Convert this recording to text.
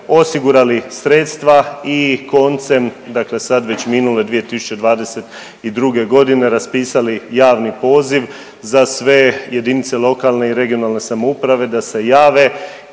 osigurali sredstva i koncem dakle sad već minule 2022. godine raspisali javni poziv za sve jedinice lokalne i regionalne samouprave da se jave